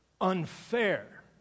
unfair